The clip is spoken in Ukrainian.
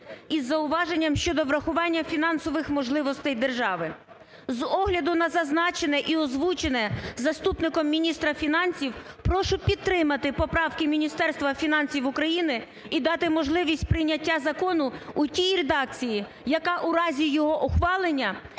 із зауваженням щодо врахування фінансових можливостей держави. З огляду на зазначене і озвучене заступником міністра фінансів, прошу підтримати поправки Міністерства фінансів України і дати можливість прийняття закону у тій редакції, яка у разі його ухвалення